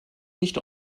nicht